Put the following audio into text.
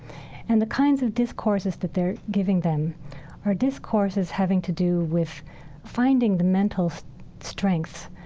and the kinds of discourses that they're giving them are discourses having to do with finding the mental strength,